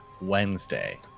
Wednesday